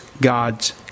God's